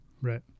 Right